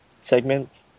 segment